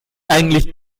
eigentlich